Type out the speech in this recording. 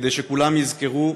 כדי שכולם יזכרו,